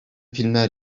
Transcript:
filmler